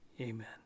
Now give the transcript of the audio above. Amen